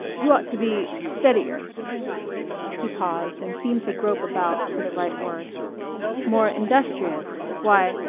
you ought to be steadier he paused and seemed to grope about for the right word more industrious why